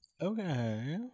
Okay